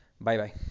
Bye-bye